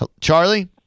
Charlie